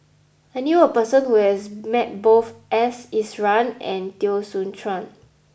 I knew a person who has met both S Iswaran and Teo Soon Chuan